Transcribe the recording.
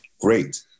Great